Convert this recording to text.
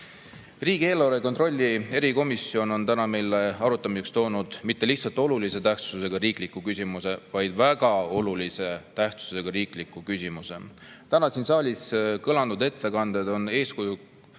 Riigieelarve kontrolli erikomisjon on täna meile arutamiseks toonud mitte lihtsalt olulise tähtsusega riikliku küsimuse, vaid väga olulise tähtsusega riikliku küsimuse. Täna siin saalis kõlanud ettekanded on eeskujulikuks